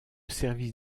service